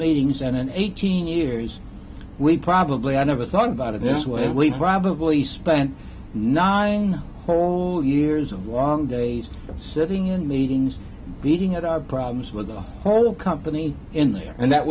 meetings and in eighteen years we probably i never thought about it this way we probably spent nine whole years of long days sitting in meetings beating at our problems with the whole company in there and that